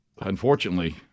unfortunately